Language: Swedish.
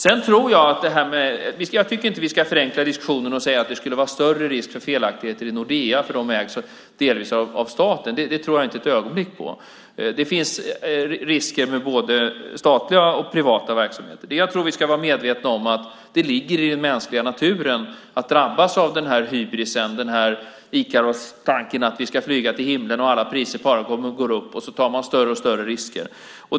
Vi ska inte förenkla diskussionen och säga att det skulle vara större risk för felaktigheter i Nordea eftersom de delvis ägs av staten. Det tror jag inte ett ögonblick på. Det finns risker med både statliga och privata verksamheter. Men vi ska vara medvetna om att det ligger i den mänskliga naturen att drabbas av hybris, Ikarostanken att vi ska flyga till himlen, att alla priser går upp och att man tar större och större risker.